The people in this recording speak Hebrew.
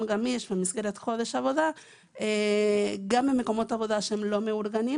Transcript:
גמיש במסגרת חודש עבודה גם במקומות עבודה שהם לא מאורגנים